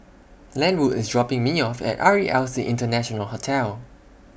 Lenwood IS dropping Me off At R E L C International Hotel